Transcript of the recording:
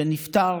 שנפטר